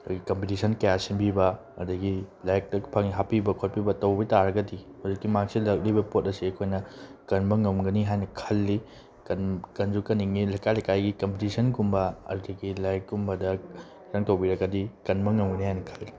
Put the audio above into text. ꯑꯩꯈꯣꯏ ꯀꯝꯄꯤꯇꯤꯁꯟ ꯀꯌꯥ ꯁꯦꯝꯕꯤꯕ ꯑꯗꯒꯤ ꯂꯥꯏꯔꯤꯛꯇ ꯐꯪꯏ ꯍꯥꯞꯄꯤꯕ ꯈꯣꯠꯄꯤꯕ ꯇꯧꯕ ꯇꯥꯔꯒꯗꯤ ꯍꯧꯖꯤꯛꯀꯤ ꯃꯥꯡꯁꯤꯜꯂꯛꯂꯤꯕ ꯄꯣꯠ ꯑꯁꯤ ꯑꯩꯈꯣꯏꯅ ꯀꯟꯕ ꯉꯝꯒꯅꯤ ꯍꯥꯏꯅ ꯈꯜꯂꯤ ꯀꯟꯁꯨ ꯀꯟꯅꯤꯡꯏ ꯂꯩꯀꯥꯏ ꯂꯩꯀꯥꯏꯒꯤ ꯀꯝꯄꯤꯇꯤꯁꯟꯒꯨꯝꯕ ꯑꯗꯨꯗꯒꯤ ꯂꯥꯏꯔꯤꯛ ꯀꯨꯝꯕꯗ ꯈꯤꯇꯪ ꯇꯧꯕꯤꯔꯒꯗꯤ ꯀꯟꯕ ꯉꯝꯒꯅꯤ ꯍꯥꯏꯅ ꯈꯜꯂꯤ